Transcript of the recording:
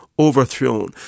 overthrown